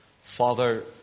Father